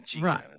Right